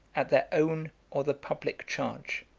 at their own or the public charge,